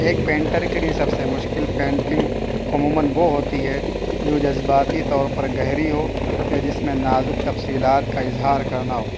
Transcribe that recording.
ایک پینٹر کے لیے سب سے مشکل پینٹنگ عموماً وہ ہوتی ہے جو جذباتی طور پر گہری ہو یا جس میں نازک تفصیلات کا اظہار کرنا ہو